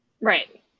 right